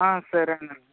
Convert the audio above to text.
సరే అండి